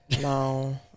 No